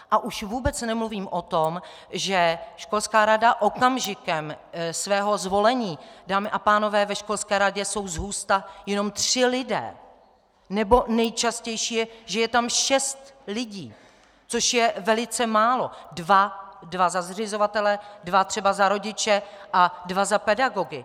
A už vůbec nemluvím o tom, že školská rada okamžikem svého zvolení dámy a pánové, ve školské radě jsou zhusta jenom tři lidé, nebo nejčastější je, že je tam šest lidí, což je velice málo dva za zřizovatele, dva třeba za rodiče a dva za pedagogy.